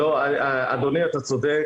אדוני, אתה צודק.